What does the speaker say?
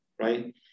right